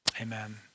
Amen